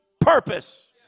purpose